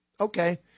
Okay